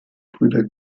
brüder